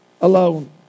alone